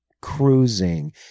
cruising